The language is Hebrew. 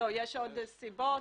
יש עוד סיבות.